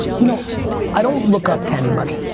you know i don't look up to anybody,